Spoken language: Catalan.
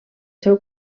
seu